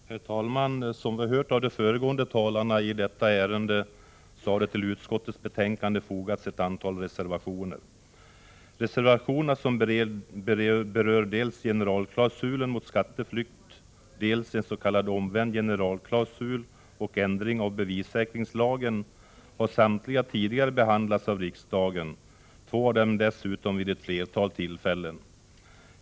Herr talman! Som vi hört av de föregående talarna i detta ärende har det till utskottets betänkande fogats ett antal reservationer. Reservationerna, som berör dels generalklausulen mot skatteflykt, dels en s.k. omvänd generalklausul och ändring av bevissäkringslagen, har samtliga tidigare behandlats av riksdagen, två av dem dessutom vid ett flertal tillfällen.